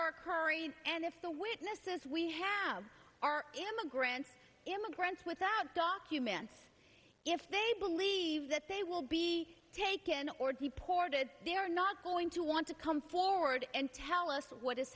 are curried and if the witnesses we have are immigrant immigrants without documents if they believe that they will be taken or deported they are not going to want to come forward and tell us what is